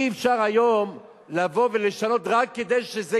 אי-אפשר היום לבוא ולשנות רק כדי שזה